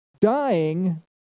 Dying